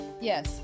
yes